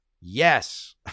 Yes